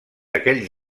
aquells